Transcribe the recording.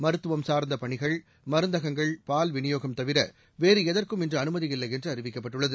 மருத்துவம் சார்ந்த பணிகள் மருந்தகங்கள் பால்விநியோகம் தவிர வேறு எதற்கும் இன்று அனுமதியில்லை என்று அறிவிக்கப்பட்டுள்ளது